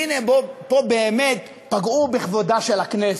הנה, פה באמת פגעו בכבודה של הכנסת,